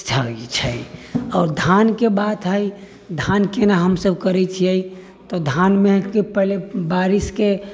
छै आओर धानके बात हइ धानके ने हमसभ करैत छियै तऽ धानमे हइ कि पहिले बारिशके